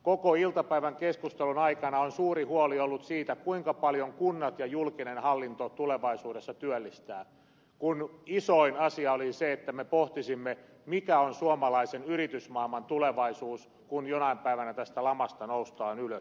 koko iltapäivän keskustelun aikana on suuri huoli ollut siitä kuinka paljon kunnat ja julkinen hallinto tulevaisuudessa työllistävät kun isoin asia olisi se että me pohtisimme mikä on suomalaisen yritysmaailman tulevaisuus kun jonain päivänä tästä lamasta noustaan ylös